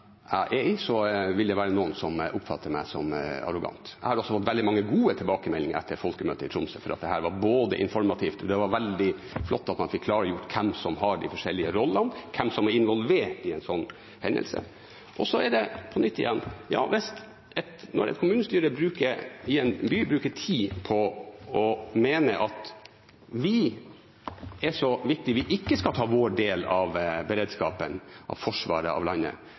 vil det være noen som oppfatter meg som arrogant. Jeg har fått veldig mange gode tilbakemeldinger etter folkemøtet i Tromsø, både at dette var informativt, og at det var veldig flott at man fikk klargjort hvem som har de forskjellige rollene, hvem som er involvert i en slik hendelse. Når et kommunestyre bruker tid på å mene at de er så viktige at de ikke skal ta sin del av beredskapen, av forsvaret av landet,